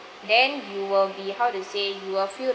then you will be how to say you will feel